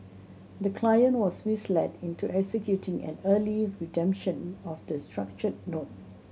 the client was misled into executing an early redemption of the structured note